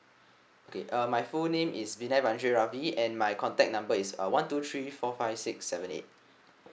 okay uh my full name is R A V I and my contact number is uh one two three four five six seven eight